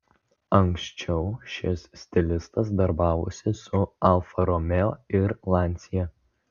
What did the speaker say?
anksčiau šis stilistas darbavosi su alfa romeo ir lancia